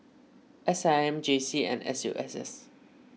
S I M J C and S U S S